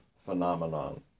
phenomenon